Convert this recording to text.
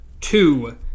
Two